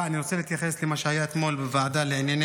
אני רוצה להתייחס למה שהיה אתמול בוועדה לענייני